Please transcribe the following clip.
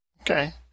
Okay